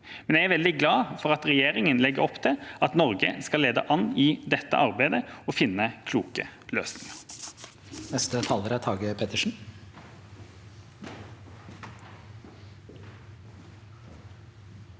er jeg veldig glad for at regjeringa legger opp til at Norge skal lede an i dette arbeidet og finne kloke løsninger.